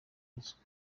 ruswa